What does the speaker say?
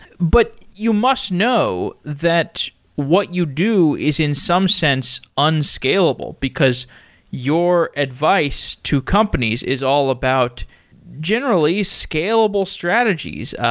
but you must know that what you do is in some sense un-scalable, because your advice to companies is all about generally scalable strategies,